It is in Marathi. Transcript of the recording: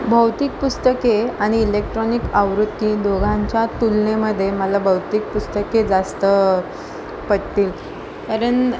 भौतिक पुस्तके आणि इलेक्ट्रॉनिक आवृत्ती दोघांच्या तुलनेमध्ये मला भौतिक पुस्तके जास्त पटतील कारण